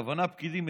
הכוונה לפקידים,